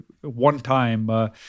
one-time